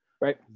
Right